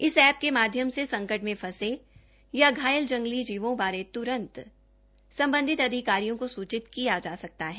इस एप्प के माध्यम से संकट में फंसे या घायल जंगली जीवों वारे तुरंत सम्बधित अधिकारियों को सूचित किया सकता है